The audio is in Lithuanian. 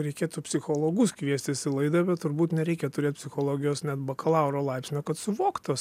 reikėtų psichologus kviestis į laidą bet turbūt nereikia turėt psichologijos net bakalauro laipsnio kad suvokt tas